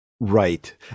Right